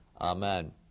Amen